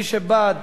מי שבעד,